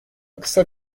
kısa